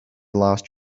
lost